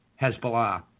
Hezbollah